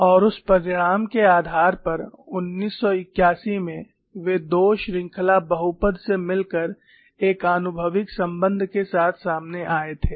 और उस परिणाम के आधार पर 1981 में वे दो श्रृंखला बहुपद से मिलकर एक आनुभविक संबंध के साथ सामने आए थे